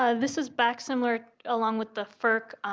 ah this is back similar along with the ferc